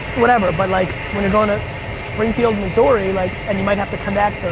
whatever. but, like, when you're going ah springfield, missouri like and you might have to connect,